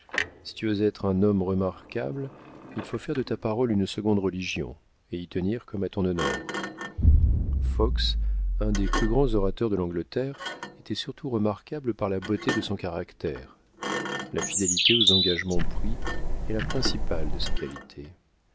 si tu veux être un homme remarquable il faut faire de ta parole une seconde religion et y tenir comme à ton honneur fox un des plus grands orateurs de l'angleterre était surtout remarquable par la beauté de son caractère la fidélité aux engagements pris est la principale de ses qualités